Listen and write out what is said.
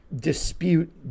dispute